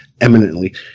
eminently